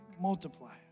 multiply